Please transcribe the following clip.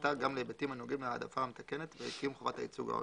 בהחלטתה גם להיבטים הנוגעים להעדפה המתקנת ולקיום חובת הייצוג ההולם,